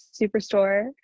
Superstore